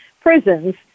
prisons